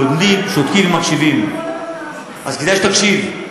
כשלומדים, שותקים ומקשיבים, אז כדאי שתקשיב.